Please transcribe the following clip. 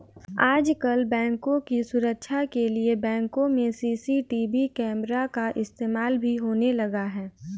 आजकल बैंकों की सुरक्षा के लिए बैंकों में सी.सी.टी.वी कैमरा का इस्तेमाल भी होने लगा है